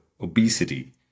obesity